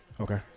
Okay